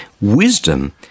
Wisdom